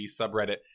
subreddit